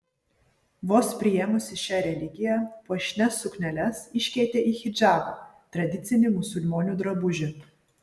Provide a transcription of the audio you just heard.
vos priėmusi šią religiją puošnias sukneles iškeitė į hidžabą tradicinį musulmonių drabužį